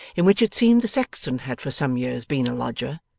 in which it seemed the sexton had for some years been a lodger,